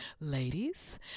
Ladies